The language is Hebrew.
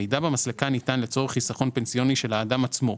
המידע במסלקה ניתן לצורך חיסכון פנסיוני של האדם עצמו.